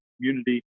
community